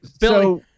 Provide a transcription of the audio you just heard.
Billy